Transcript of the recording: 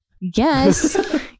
Yes